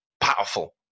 Powerful